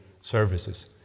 services